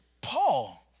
Paul